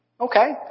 Okay